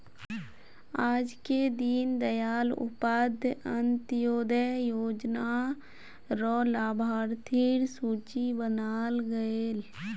आजके दीन दयाल उपाध्याय अंत्योदय योजना र लाभार्थिर सूची बनाल गयेल